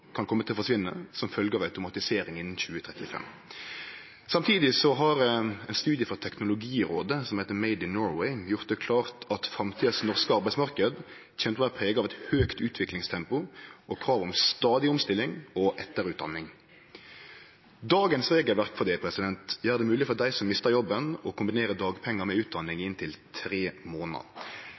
kan kome til å forsvinne som følgje av automatisering, innan 2035. Samtidig har ein studie frå Teknologirådet som heiter «Made in Norway», gjort det klart at framtidas norske arbeidsmarknad kjem til å vere prega av eit høgt utviklingstempo og krav om stadig omstilling og etterutdanning. Dagens regelverk for det gjer det mogleg for dei som mistar jobben, å kombinere dagpengar med utdanning i inntil tre månader.